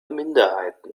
minderheiten